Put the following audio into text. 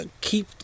keep